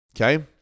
Okay